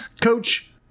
coach